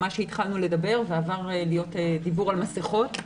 מה שהתחלנו לדבר עליו ועבר להיות דיון על מסכות.